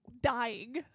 dying